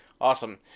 Awesome